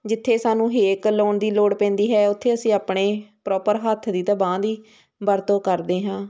ਜਿੱਥੇ ਸਾਨੂੰ ਹੇਕ ਲਾਉਣ ਦੀ ਲੋੜ ਪੈਂਦੀ ਹੈ ਉੱਥੇ ਅਸੀਂ ਆਪਣੇ ਪ੍ਰੋਪਰ ਹੱਥ ਦੀ ਅਤੇ ਬਾਂਹ ਦੀ ਵਰਤੋਂ ਕਰਦੇ ਹਾਂ